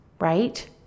right